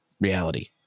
reality